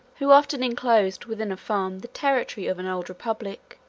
who often enclosed within a farm the territory of an old republic,